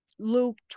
Luke